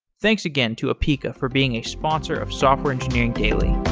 thanks again to apica for being a sponsor of software engineering daily.